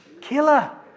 Killer